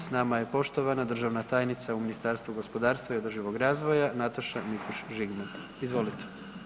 S nama je poštovana državna tajnica u Ministarstvu gospodarstva i održivog razvoja Nataša Mikuš Žigman, izvolite.